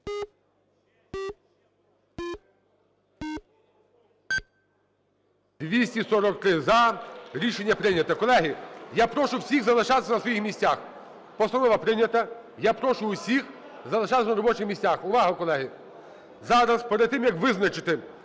За-243 Рішення прийнято. Колеги, я прошу всіх залишатися на своїх місцях. Постанова прийнята. Я прошу усіх залишатися на робочих місцях. Увага, колеги! Зараз, перед тим як визначити,